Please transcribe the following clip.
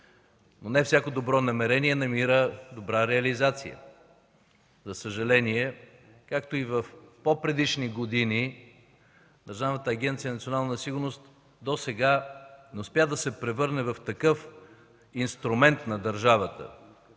Но не всяко добро намерение намира добра реализация. За съжаление, както и в по-предишни години, Държавната агенция „Национална сигурност” не успя да се превърне в такъв инструмент на държавата,